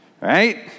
Right